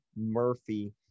Murphy